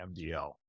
MDL